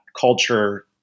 culture